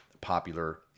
Popular